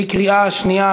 בקריאה שנייה.